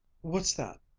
what's that?